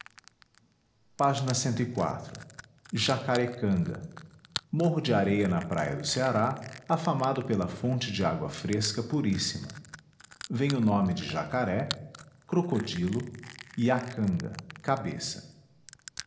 a da acarecanga orro de areia na praia do ceará afamado pela fonte de água fresca puríssima vem o nome de jacaré crocodilo e acanga cabeça